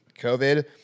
COVID